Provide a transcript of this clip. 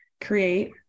create